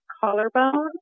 collarbone